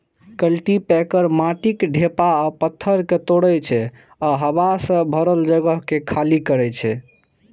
cultipacker माटिक ढेपा आ पाथर कें तोड़ै छै आ हवा सं भरल जगह कें खाली करै छै